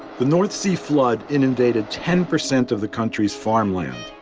the north sea flood inundated ten percent of the country's farmland,